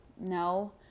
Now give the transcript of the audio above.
No